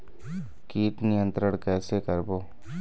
कीट नियंत्रण कइसे करबो?